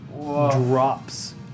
drops